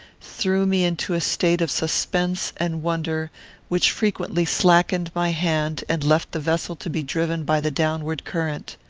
threw me into a state of suspense and wonder which frequently slackened my hand and left the vessel to be driven by the downward current.